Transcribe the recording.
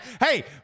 hey